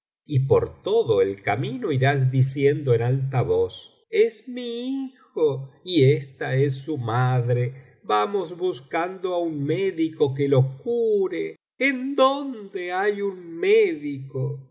y por todo el camino irás diciendo en alta voz es mi hijo y ésta es su madre vamos buscando á un médico que lo cure en dónde hay un médico